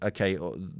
Okay